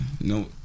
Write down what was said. no